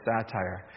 satire